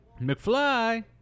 McFly